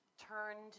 turned